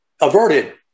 averted